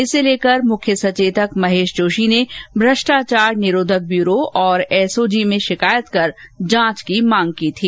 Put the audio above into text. इसे लेकर मुख्य सचेतक महेश जोशी ने भ्रष्टाचार निरोधक ब्यूरो तथा एसओजी में शिकायत कर जांच की मांग की थी